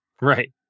right